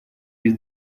без